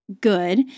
good